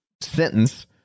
sentence